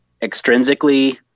extrinsically